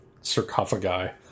sarcophagi